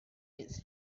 its